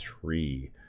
three